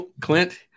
Clint